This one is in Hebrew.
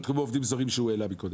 כמו עובדים זרים שהוא העלה מקודם.